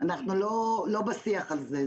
אנחנו לא בשיח הזה.